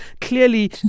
clearly